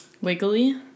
Wiggly